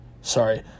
sorry